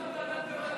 למה ועדת קבלה,